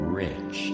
rich